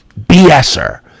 BSer